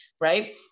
right